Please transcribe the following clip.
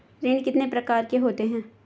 ऋण कितने प्रकार के होते हैं?